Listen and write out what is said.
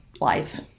life